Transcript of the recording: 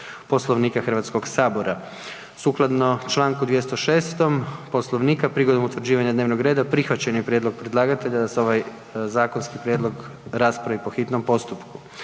Poslovnika Hrvatskog sabora. Sukladno Članku 206. Poslovnika prigodom utvrđivanja dnevnog reda prihvaćen je prijedlog predlagatelja da se ovaj zakonski prijedlog raspravi po hitnom postupku.